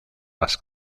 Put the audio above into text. las